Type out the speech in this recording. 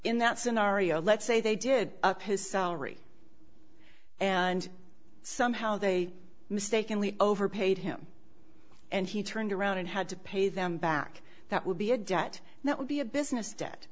in that scenario let's say they did his salary and somehow they mistakenly overpaid him and he turned around and had to pay them back that would be a debt that would be a business debt